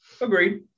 Agreed